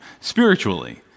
spiritually